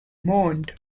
moaned